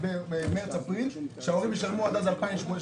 במרץ אפריל, שההורים ישלמו עד אז 2,700 שקלים.